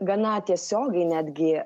gana tiesiogiai netgi